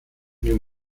new